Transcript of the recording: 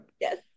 yes